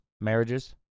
marriages